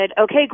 Okay